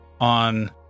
on